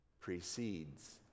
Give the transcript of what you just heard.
precedes